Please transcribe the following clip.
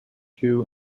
two